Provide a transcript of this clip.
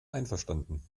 einverstanden